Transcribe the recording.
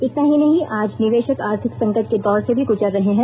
इतना ही नहीं आज निवेषक आर्थिक संकट के दौर से भी गुजर रहे हैं